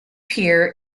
pier